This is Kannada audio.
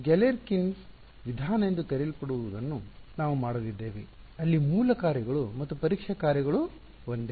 ಗ್ಯಾಲೆರ್ಕಿನ್ಸ್ Galerkin's ವಿಧಾನ ಎಂದು ಕರೆಯಲ್ಪಡುವದನ್ನು ನಾವು ಮಾಡಲಿದ್ದೇವೆ ಅಲ್ಲಿ ಮೂಲ ಕಾರ್ಯಗಳು ಮತ್ತು ಪರೀಕ್ಷಾ ಕಾರ್ಯಗಳು ಒಂದೇ